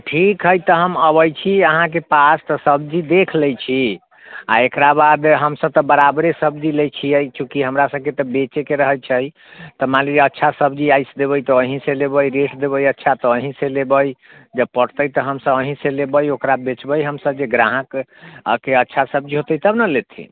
तऽ ठीक है तऽ हम अबै छी अहाँके पास तऽ सब्जी देख लै छी आओर एकरा बाद हम सभ तऽ बराबरे सब्जी लै छियै चूँकि हमरा सभके तऽ बेचैके रहै छै तऽ मानि लिअ अच्छा सब्जी अइसे देबै तऽ अहीँसँ लेबै रेट देबै अच्छा तऽ अहीँसँ लेबै जँ पटतै तऽ हम सभ अहीँसँ लेबै ओकरा बेचबै हम सभ जे ग्राहक आके अच्छा सब्जी हेतै तब ने लेथिन